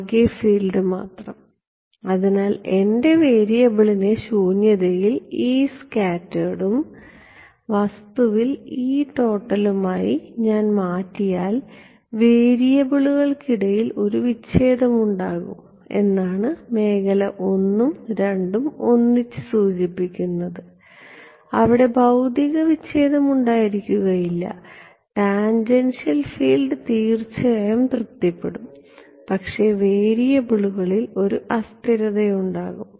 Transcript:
ആകെ ഫീൽഡ് മാത്രം അതിനാൽ എന്റെ വേരിയബിളിനെ ശൂന്യതയിൽ E സ്കാറ്റേർഡുംവസ്തുവിൽ E ടോട്ടലും ആയി ഞാൻ മാറ്റിയാൽ വേരിയബിളുകൾക്കിടയിൽ ഒരു വിച്ഛേദമുണ്ടാകും എന്നാണ് മേഖല I ഉം II ഉം ഒന്നിച്ച് സൂചിപ്പിക്കുന്നത് അവിടെ ഭൌതിക വിച്ഛേദം ഉണ്ടായിരിക്കുകയില്ല ടാൻജെൻഷ്യൽ ഫീൽഡ് തീർച്ചയായും തൃപ്തിപ്പെടും പക്ഷേ വേരിയബിളുകളിൽ ഒരു അസ്ഥിരതയുണ്ടായിരിക്കും